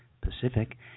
Pacific